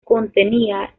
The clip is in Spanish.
contenía